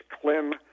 Klim